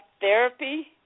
therapy